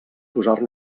posar